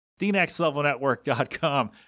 TheNextLevelNetwork.com